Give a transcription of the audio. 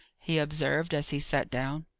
he observed, as he sat down.